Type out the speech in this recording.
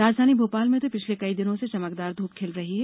राजधानी भोपाल में तो पिछले कई दिनों से चमकदार धूप खिल रही है